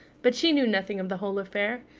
but she knew nothing of the whole affair.